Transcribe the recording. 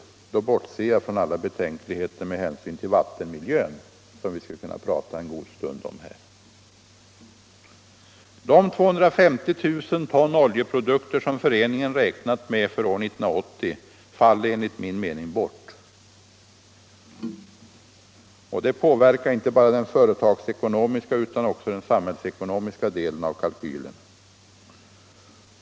Då bortser jag från alla betänkligheter med hänsyn till vattenmiljön, som vi skulle kunna prata en god stund om. De 250 000 ton oljeprodukter som föreningen räknat med för år 1980 faller enligt min mening bort, och det påverkar inte bara den företagsekonomiska utan även den samhällsekonomiska delen av kalkylen.